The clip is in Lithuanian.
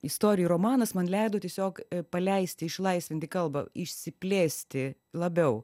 istorijų romanas man leido tiesiog paleisti išlaisvinti kalbą išsiplėsti labiau